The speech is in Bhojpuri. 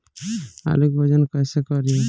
आलू के वजन कैसे करी?